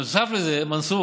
נוסף לזה, מנסור,